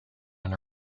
and